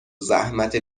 زحمت